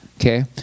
Okay